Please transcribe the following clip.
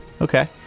Okay